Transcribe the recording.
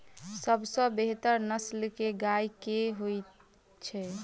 सबसँ बेहतर नस्ल केँ गाय केँ होइ छै?